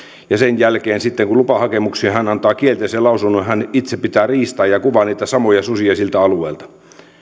ja sen jälkeen kun hän lupahakemuksiin antaa kielteisen lausunnon itse pitää riistaa ja kuvaa niitä samoja susia siltä alueelta